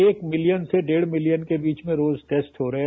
एक मिलियन से डेढ मिलियन के बीच में रोज टेस्ट हो रहे हैं